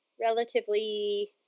relatively